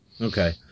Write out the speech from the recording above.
Okay